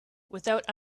without